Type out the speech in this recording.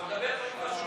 אתה אומר דברים חשובים,